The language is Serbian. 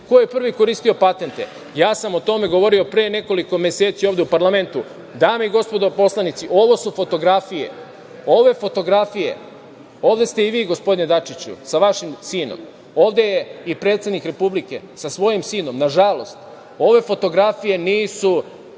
Ko je prvi koristio patente? Ja sam o tome govorio pre nekoliko meseci ovde u parlamentu. Dame i gospodo poslanici, ovo su fotografije. Ove fotografije, ovde ste i vi, gospodine Dačiću, sa vašim sinom, ovde je i predsednik Republike sa svojim sinom, nažalost, ove fotografije nisu